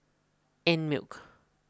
Einmilk